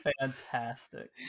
fantastic